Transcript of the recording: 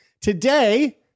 today